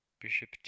bishop